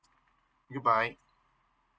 thank you bye